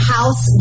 House